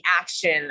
action